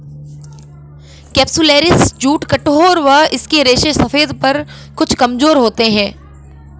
capsularis jute कठोर व इसके रेशे सफेद पर कुछ कमजोर होते हैं